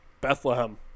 Bethlehem